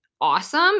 awesome